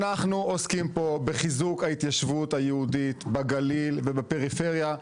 אנחנו עוסקים פה בחיזוק ההתיישבות היהודית בגליל ובפריפריה.